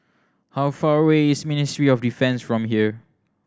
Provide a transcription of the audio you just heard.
how far away is Ministry of Defence from here